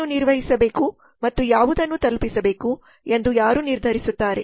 ಏನು ನಿರ್ವಹಿಸಬೇಕು ಮತ್ತು ಯಾವುದನ್ನು ತಲುಪಿಸಬೇಕು ಎಂದು ಯಾರು ನಿರ್ಧರಿಸುತ್ತಾರೆ